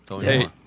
hey